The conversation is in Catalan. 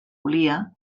volia